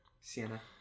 Sienna